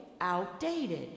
outdated